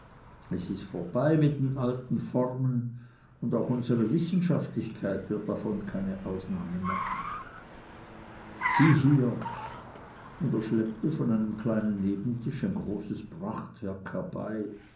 es ist vorbei mit den alten formen und auch unsere wissenschaftlichkeit wird davon keine ausnahme machen sieh hier und er schleppte von einem kleinen nebentisch ein großes